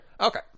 okay